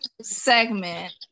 segment